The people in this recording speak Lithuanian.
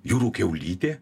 jūrų kiaulytė